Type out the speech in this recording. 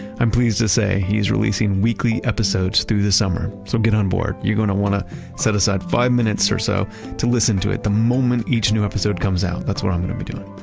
i'm pleased to say he is releasing weekly episodes through the summer. so get on board. you're going to want to set aside five minutes or so to listen to it the moment each new episode comes out. that's what i'm going to be doing